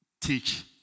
teach